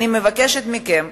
אני מבקשת מכם,